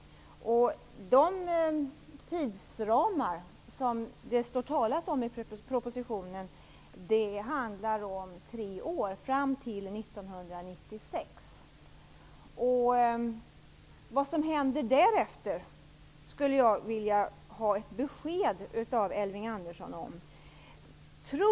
De tidsramar som det står talat om i propositionen gäller tre år -- fram till 1996. Jag skulle vilja ha ett besked av Elving Andersson om vad som händer därefter.